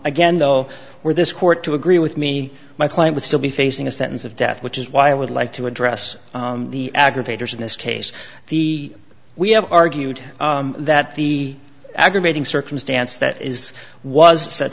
again though where this court to agree with me my client would still be facing a sentence of death which is why i would like to address the aggravators in this case the we have argued that the aggravating circumstance that is was set